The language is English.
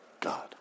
God